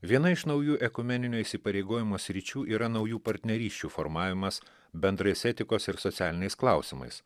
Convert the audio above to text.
viena iš naujų ekumeninio įsipareigojimo sričių yra naujų partnerysčių formavimas bendrais etikos ir socialiniais klausimais